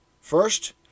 First